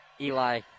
Eli